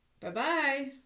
Bye-bye